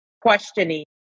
questioning